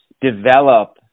develop